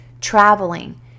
traveling